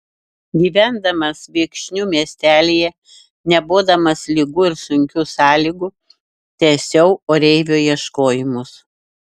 gyvendamas viekšnių miestelyje nebodamas ligų ir sunkių sąlygų tęsiau oreivio ieškojimus